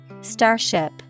Starship